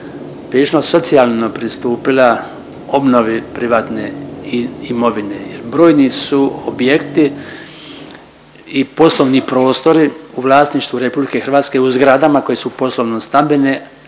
prilično socijalno pristupila obnovi privatne imovine. Brojni su objekti i poslovni prostori u vlasništvu RH u zgradama koje su poslovno-stambene